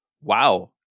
Wow